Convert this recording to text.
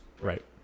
right